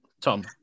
Tom